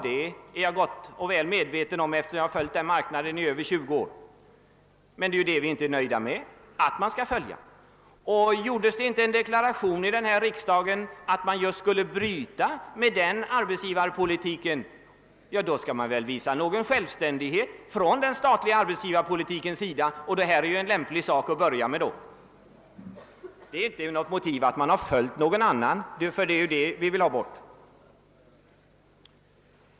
Det är jag väl medveten om, eftersom jag har följt utvecklingen på den marknaden i över 20 år, men vi är inte nöjda med att man bara följer det som sker på andra håll. Har inte riksdagen gjort en deklaration om att statliga företag skall bryta med den arbetsgivarpolitiken? Då bör man väl visa någon självständighet, och det här är en lämplig sak att börja med. Att man har följt någon annan är inte något motiv, eftersom det är just detta vi vill ha bort.